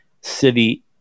city